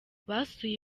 basuye